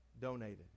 donated